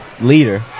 Leader